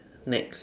next